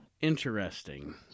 Interesting